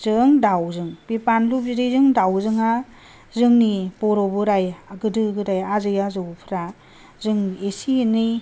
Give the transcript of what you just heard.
जों दाउजों बे बानलु बिदैजों दाउजोंआ जोंनि बर' बोराय गोदो गोदाय आजै आजौफोरा जों एसे एनै